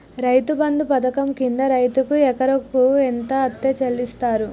రైతు బంధు పథకం కింద రైతుకు ఎకరాకు ఎంత అత్తే చెల్లిస్తరు?